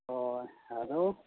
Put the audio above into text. ᱦᱳᱭ ᱟᱫᱚ